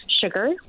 sugar